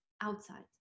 outside